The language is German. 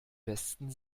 westen